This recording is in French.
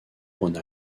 rhône